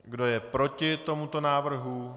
Kdo je proti tomuto návrhu?